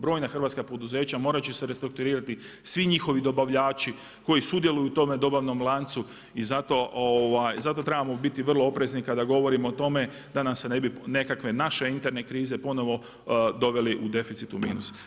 Brojna hrvatska poduzeća, morat će se restrukturirati svi njihovi dobavljači koji sudjeluju u tom dobavnom lancu i zato trebamo biti vrlo oprezni kada govorimo o tome da nam se ne bi nekakve naše interne krize ponovno dovele deficiti u minus.